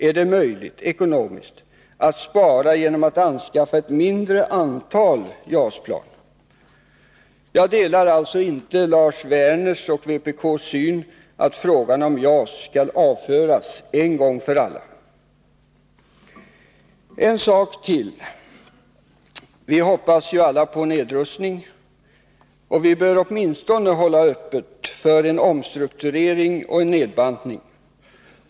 Är det möjligt, ekonomiskt, att spara genom att anskaffa ett mindre antal JAS-plan? Jag delar alltså inte Lars Werners och vpk:s syn att frågan om JAS skall avföras en gång för alla. En sak till! Vi hoppas ju alla på nedrustning. Vi bör åtminstone hålla öppet för en omstrukturering och nedbantning.